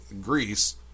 Greece